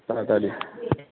তাড়াতাড়ি